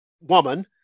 woman